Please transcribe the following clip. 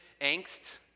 angst